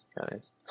guys